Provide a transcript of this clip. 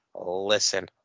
listen